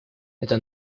это